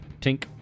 Tink